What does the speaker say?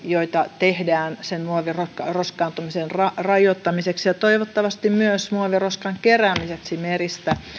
joita tehdään sen muoviroskaantumisen rajoittamiseksi ja toivottavasti myös muoviroskan keräämiseksi meristä